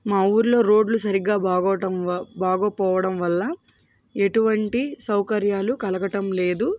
మా ఊర్లో రోడ్లు సరిగ్గా బాగోడం బాగోకపోవడం వల్ల ఎటువంటి సౌకర్యాలు కలగటం లేదు